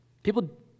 People